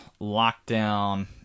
lockdown